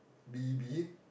B B